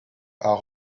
are